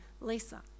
Lisa